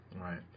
Right